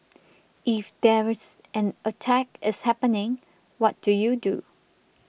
if there is an attack is happening what do you do